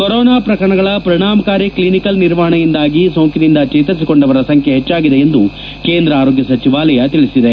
corona ಪ್ರಕರಣಗಳ ಪರಿಣಾಮಕಾರಿ clinical ನಿರ್ವಹಣೆಯಿಂದಾಗಿ ಸೋಂಕಿನಿಂದ ಚೇತರಿಸಿಕೊಂಡವರ ಸಂಖ್ಯೆ ಹೆಚ್ಚಾಗಿದೆ ಎಂದು ಕೇಂದ್ರ ಆರೋಗ್ಯ ಸಚಿವಾಲಯ ತಿಳಿಸಿದೆ